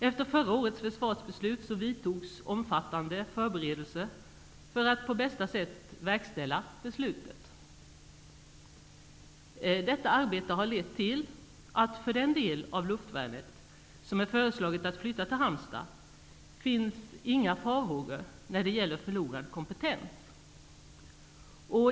Efter förra årets försvarsbeslut vidtogs omfattande förberedelser för att på bästa sätt verkställa beslutet. Detta arbete har lett till att det för den del av luftvärnet som är föreslaget att flytta till Halmstad inte finns några farhågor när det gäller förlorad kompetens.